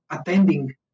attending